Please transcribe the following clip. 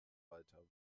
walter